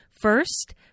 First